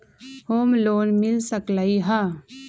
Home loan मिल सकलइ ह?